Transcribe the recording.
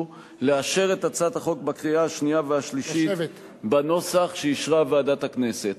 ולאשר את הצעת החוק בקריאה השנייה והשלישית בנוסח שאישרה ועדת הכנסת.